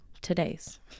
Today's